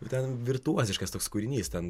ir ten virtuoziškas toks kūrinys ten